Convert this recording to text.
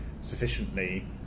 sufficiently